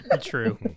True